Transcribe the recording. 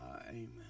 Amen